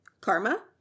Karma